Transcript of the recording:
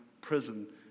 prison